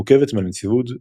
המורכבת מהנציבות,